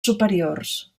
superiors